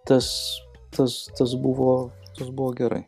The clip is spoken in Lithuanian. tas tas tas buvo tas buvo gerai